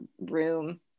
room